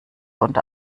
unter